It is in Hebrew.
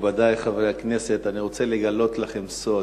מכובדי חברי הכנסת, אני רוצה לגלות לכם סוד,